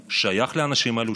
הוא שייך לאנשים האלו,